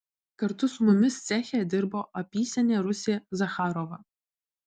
kartu su mumis ceche dirbo apysenė rusė zacharova